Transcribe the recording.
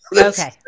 Okay